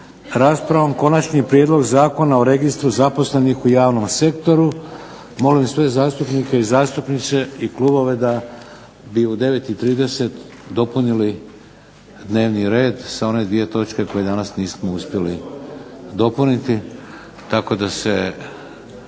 raspravom Konačni prijedlog zakona o Registru zaposlenih u javnom sektoru. Molim sve zastupnike i zastupnice i klubove da bi u 9,30 dopunili dnevni red sa one dvije točke koje danas nismo uspjeli dopuniti tako da se